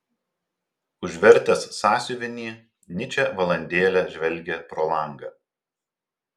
užvertęs sąsiuvinį nyčė valandėlę žvelgė pro langą